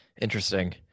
interesting